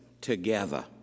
together